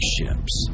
Ships